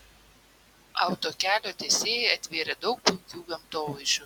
autokelio tiesėjai atvėrė daug puikių gamtovaizdžių